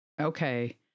okay